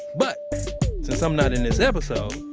but since i'm not in this episode,